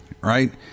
Right